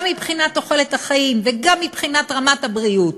גם מבחינת תוחלת החיים וגם מבחינת רמת הבריאות.